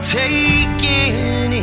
taking